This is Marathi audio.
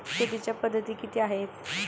शेतीच्या पद्धती किती आहेत?